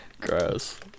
Gross